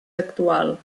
actual